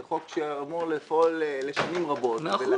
זה חוק שאמור לפעול לשנים רבות.